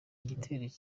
igitero